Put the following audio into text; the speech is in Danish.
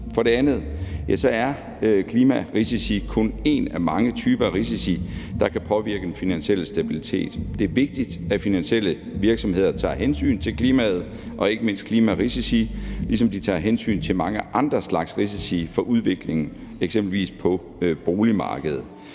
For det andet er klimarisici kun en af mange typer af risici, der kan påvirke den finansielle stabilitet. Det er vigtigt, at finansielle virksomheder tager hensyn til klimaet og ikke mindst klimarisici, ligesom de tager hensyn til mange andre slags risici for udviklingen, eksempelvis på boligmarkedet.